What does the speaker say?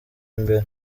imbere